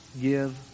give